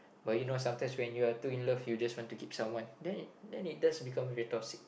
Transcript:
but you know sometimes when you are too in love you just want to keep someone then then it does become very toxic